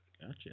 gotcha